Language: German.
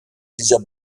dieser